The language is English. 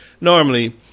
Normally